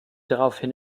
daraufhin